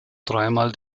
dreimal